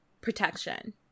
protection